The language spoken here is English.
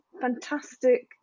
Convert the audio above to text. fantastic